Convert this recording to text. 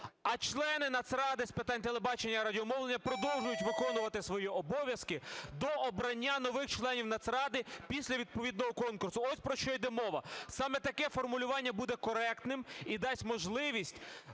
а члени Нацради з питань телебачення і радіомовлення продовжують виконувати свої обов'язки до обрання нових членів Нацради після відповідного конкурсу. Ось про що йде мова. Саме таке формулювання буде коректним і дасть можливість